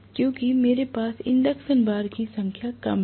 क्योंकि मेरे पास इंडक्शन बार की संख्या कम है